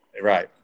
Right